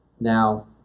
Now